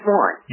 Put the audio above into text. one